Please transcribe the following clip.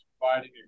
providing